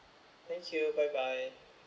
thank you bye bye